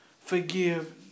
forgive